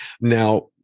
Now